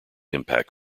impact